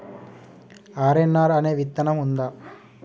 RNR అనే విత్తనం ఉందా?